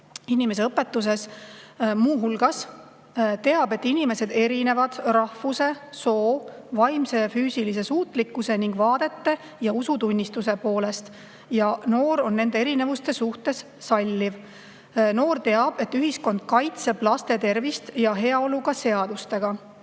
inimeseõpetuses, teab muu hulgas, et inimesed erinevad rahvuse, soo, vaimse ja füüsilise suutlikkuse ning vaadete ja usutunnistuse poolest. Ja noor on nende erinevuste suhtes salliv. Noor teab, et ühiskond kaitseb laste tervist ja heaolu ka seadustega.